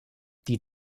die